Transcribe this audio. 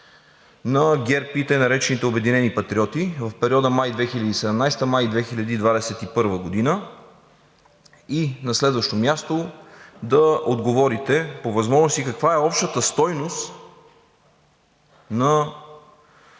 на ГЕРБ и тъй наречените Обединени патриоти в периода май 2017 – май 2021 г.? И на следващо място, да отговорите по възможност каква е общата стойност на